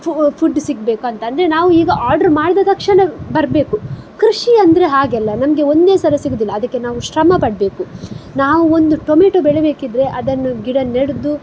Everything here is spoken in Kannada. ಫುಡ್ ಸಿಗಬೇಕಂತ ಅಂದರೆ ನಾವು ಈಗ ಆಡ್ರ್ ಮಾಡಿದ ತಕ್ಷಣ ಬರಬೇಕು ಕೃಷಿ ಅಂದರೆ ಹಾಗೆಲ್ಲ ನಮಗೆ ಒಂದೇ ಸಲ ಸಿಗೋದಿಲ್ಲ ಅದಕ್ಕೆ ನಾವು ಶ್ರಮ ಪಡಬೇಕು ನಾವು ಒಂದು ಟೊಮೆಟೊ ಬೆಳಿಬೇಕಿದ್ರೆ ಅದನ್ನು ಗಿಡ ನೆಟ್ಟು